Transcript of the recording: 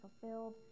fulfilled